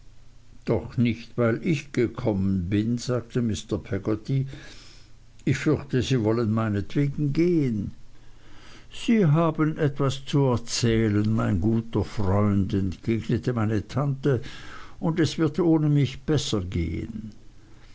doch nicht weil ich gekommen bin sagte mr peggotty ich fürchte sie wollen meinetwegen gehen sie haben etwas zu erzählen mein guter freund entgegnete meine tante und es wird ohne mich besser gehen